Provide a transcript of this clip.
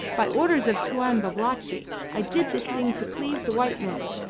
by orders of tuan babalatchi i did this thing to please the white man.